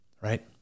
right